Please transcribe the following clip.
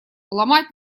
ломать